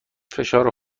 فشار